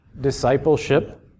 discipleship